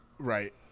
Right